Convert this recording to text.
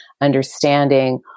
understanding